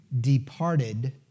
departed